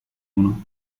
uno